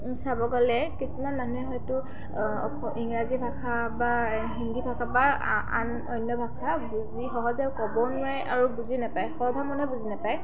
চাব গ'লে কিছুমান মানুহে হয়তো অস ইংৰাজী ভাষা বা হিন্দী ভাষা বা আন অন্য ভাষা বুজি সহজেও ক'ব নোৱাৰে আৰু বুজি নাপায় সৰ্বমানে বুজি নাপায়